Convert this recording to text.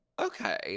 Okay